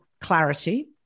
clarity